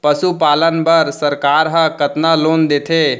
पशुपालन बर सरकार ह कतना लोन देथे?